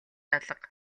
алга